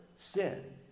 sin